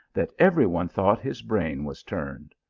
that every one thought his brain was turned.